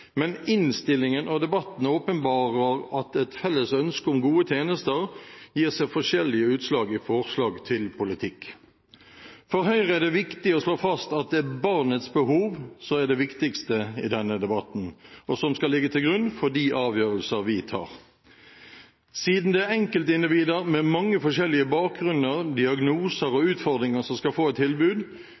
men innstillingen og debatten åpenbarer at et felles ønske om gode tjenester gir seg forskjellige utslag i forslag til politikk. For Høyre er det viktig å slå fast at det er barnets behov som er det viktigste i denne debatten, og som skal ligge til grunn for de avgjørelser vi tar. Siden det er enkeltindivider med forskjellig bakgrunn og mange forskjellige diagnoser og utfordringer som skal få et tilbud,